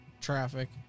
traffic